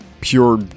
pure